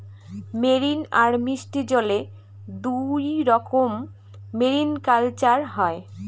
marine আর মিষ্টি জলে দুইরকম মেরিকালচার হয়